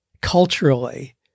culturally